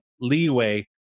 leeway